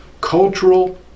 cultural